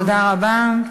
תודה רבה.